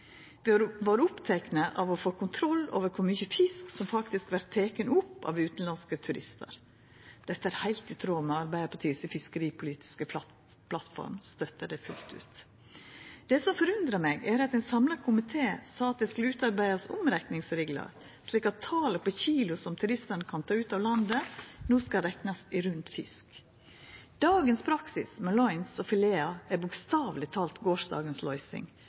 Vi har vore opptekne av å få kontroll over kor mykje fisk som faktisk vert teken opp av utanlandske turistar. Dette er heilt i tråd med Arbeidarpartiet si fiskeripolitiske plattform, vi støttar det fullt ut. Det som forundrar meg, er at ein samla komité sa at det skulle utarbeidast omrekningsreglar, slik at talet på kilo som turistane kan ta ut av landet, no skal reknast i rund fisk. Dagens praksis med «loins» og filetar er bokstaveleg talt gårsdagens løysing,